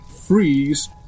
freeze